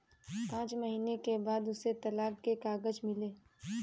पांच महीने के बाद उसे तलाक के कागज मिले